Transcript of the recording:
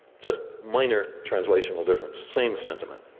just minor translational difference, same sentiment.